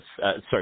sorry